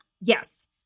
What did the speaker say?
Yes